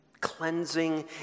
Cleansing